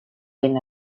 win